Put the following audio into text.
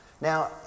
Now